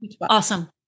Awesome